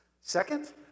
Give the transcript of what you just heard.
Second